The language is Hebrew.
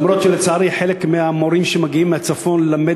למרות שלצערי חלק מהמורים שמגיעים מהצפון ללמד